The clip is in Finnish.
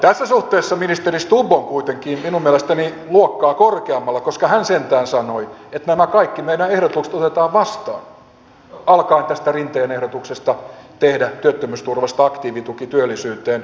tässä suhteessa ministeri stubb on kuitenkin minun mielestäni luokkaa korkeammalla koska hän sentään sanoi että nämä kaikki meidän ehdotukset otetaan vastaan alkaen tästä rinteen ehdotuksesta tehdä työttömyysturvasta aktiivituki työllisyyteen